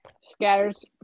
scatters